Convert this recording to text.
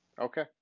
Okay